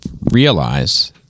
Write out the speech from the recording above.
realize